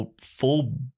full